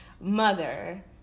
mother